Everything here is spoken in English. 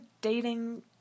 dating